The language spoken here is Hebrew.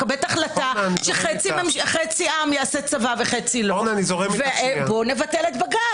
מקבלת החלטה שחצי עם יעשה צבא וחצי לא ובוא נבטל את בג"ץ.